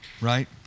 right